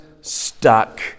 stuck